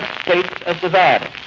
of the bad.